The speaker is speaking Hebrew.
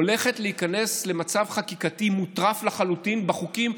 הולכת להיכנס למצב חקיקתי מוטרף לחלוטין בחוקים,